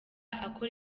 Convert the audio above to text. akora